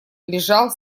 лежал